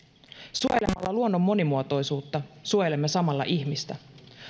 suojelemalla luonnon monimuotoisuutta suojelemme samalla ihmistä